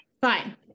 fine